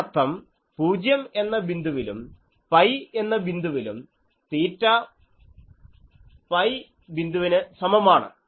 അതിനർത്ഥം പൂജ്യം എന്ന ബിന്ദുവിലും പൈ എന്ന ബിന്ദുവിലും തീറ്റ പൈ ബിന്ദുവിന് സമമാണ്